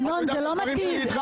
ינון, זה לא מתאים.